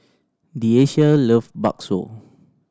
Deasia love bakso